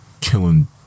Killing